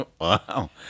Wow